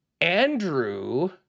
Andrew